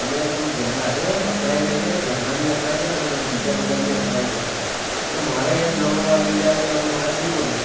તમે થોડું ધ્યાન રાખો યાર અકળાઇ જાય છે ઘરના પણ અકળાય જાય છે બીજા બધાં પણ અકળાય છે તો મારે આ નવ વાગી ગયા છે તો મારે શું કરવું